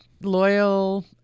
loyal